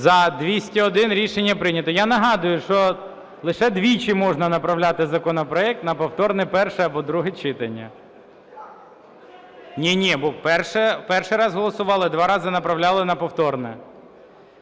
За-201 Рішення прийнято. Я нагадую, що лише двічі можна направляти законопроект на повторне перше або друге читання. Ні-ні! Бо перший раз голосували, два рази направляли на повторне.